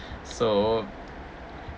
so